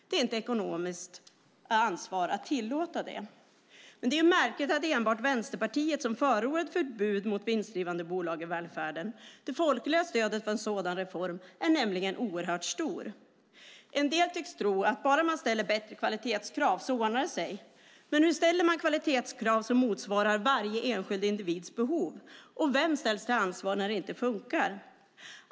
Det är inte ekonomiskt ansvarigt att tillåta detta. Det är märkligt att enbart Vänsterpartiet förordar ett förbud mot vinstdrivande bolag i välfärden. Det folkliga stödet för en sådan reform är nämligen oerhört stort. En del tycks tro att det ordnar sig bara man ställer bättre kvalitetskrav, men hur ställer man kvalitetskrav som motsvarar varje enskild individs behov? Vem ställs till ansvar när det inte funkar?